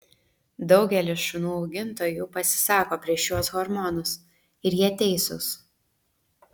daugelis šunų augintojų pasisako prieš šiuos hormonus ir jie teisūs